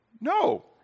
No